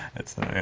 it's